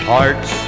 Hearts